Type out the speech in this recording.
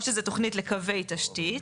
או שזה תוכנית לקווי תשתית,